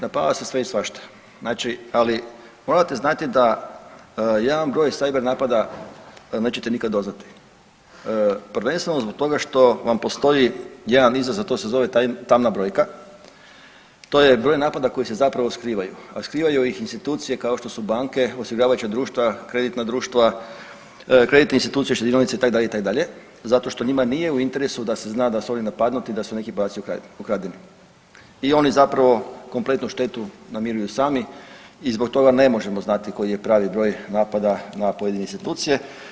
Napada se sve i svašta, ali morate znati da jedan broj cyber napada nećete nikada doznati, prvenstveno zbog toga što vam postoji jedan izazov, a to se zove tamna brojka to je broj napada koji se zapravo skrivaju, a skrivaju ih institucije kao što su banke, osiguravajuća društva, kreditna društva, kreditne institucije, štedionice itd., itd., zato što njima nije u interesu da se zna da su oni napadnuti da su neki podaci ukradeni i oni zapravo kompletnu štetu namiruju sami i zbog toga ne možemo znati koji je pravi broj napada na pojedine institucije.